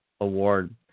Award